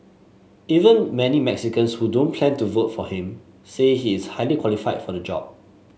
even many Mexicans who don't plan to vote for him say he is highly qualified for the job